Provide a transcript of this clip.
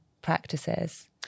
practices